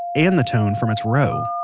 and the tone from its row.